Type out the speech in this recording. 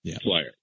player